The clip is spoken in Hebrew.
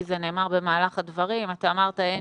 כי זה נאמר במהלך הדברים - אתה אמרת שאין